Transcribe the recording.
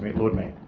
mayor. lord mayor